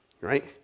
right